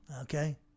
Okay